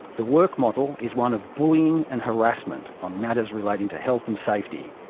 the work model is one of bullying and harassment on matters relating to health and safety,